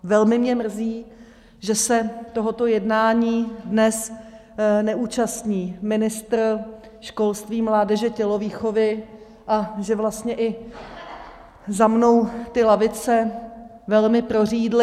Velmi mě mrzí, že se tohoto jednání dnes neúčastní ministr školství, mládeže a tělovýchovy a že vlastně i lavice za mnou velmi prořídly.